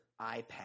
iPad